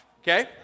okay